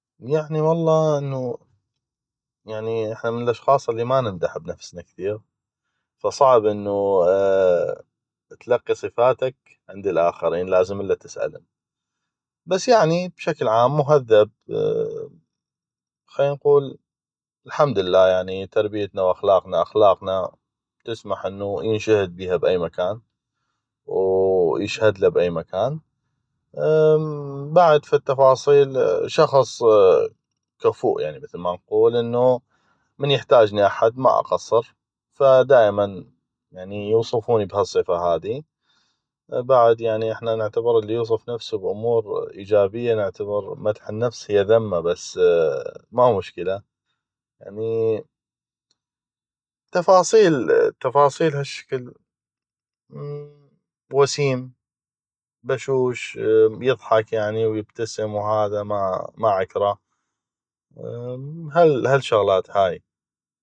يعني والله انو احنا من الاشخاص اللي ما نمدح بنفسنا كثيغ فصعب انوتلقي صفاتك عند الاخرين لازم الا تسألم بس يعني بشكل عام مهذب خلي نقول الحمدلله تربيتنا واخلاقنا تسمح انو ينشهد بيها ب أي مكان و يشهدله ب أي مكان بعد فد تفاصيل خلي نقول شخص كفوء يعني مثل ما نقول انو من يحتاجني احد ما اقصر ف دائما يوصفوني بهالصفة هاذي بعد يعني احنا نعتبر اللي يوصف نفسو ب امور ايجابيه نعتبر مدح النفس هي ذمه بس ما مشكلة يعني تفاصيل تفاصيل هشكل وسيم بشوش يضحك يبتسم ما عكره هالشغلات هاي